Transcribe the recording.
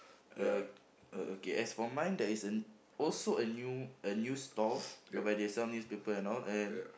uh o~ okay as for mine there is a also a new a new store whereby they sell newspaper and all and